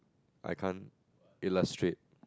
I can't illustrate